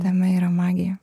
jame yra magija